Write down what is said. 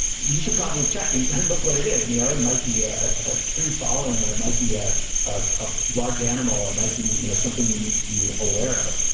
you should probably check and look what it is, you know? it might be a a tree falling, or it might be a ah a large animal. it might be you know something you need to be aware of.